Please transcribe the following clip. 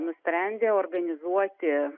nusprendė organizuoti